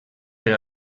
per